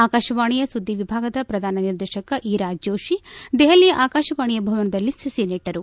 ಆಕಾಶವಾಣಿಯ ಸುದ್ದಿವಿಭಾಗದ ಪ್ರಧಾನ ನಿರ್ದೇಶಕ ಈರಾ ಜೋಷಿ ದೆಹಲಿಯ ಆಕಾಶವಾಣಿಯ ಭವನದಲ್ಲಿ ಸಸಿ ನೆಟ್ಟರು